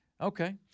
Okay